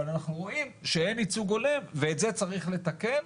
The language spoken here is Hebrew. אבל אנחנו רואים שאין ייצוג הולם ואת זה צריך לתקן.